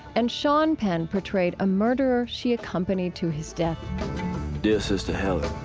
and sean penn portrayed a murderer she accompanied to his death dear sister helen,